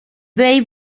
vell